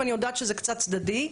ואני יודעת שזה קצת צדדי.